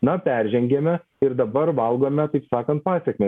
na peržengėme ir dabar valgome taip sakant pasekmes